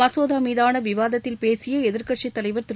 மசோதா மீதாள விவாதத்தில் பேசிய எதிர்க்கட்சித் தலைவர் திரு